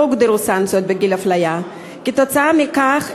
כתוצאה מכך,